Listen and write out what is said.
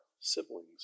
siblings